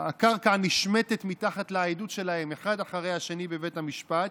הקרקע נשמטת מתחת לעדות שלהם אחד אחרי השני בבית המשפט.